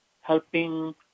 helping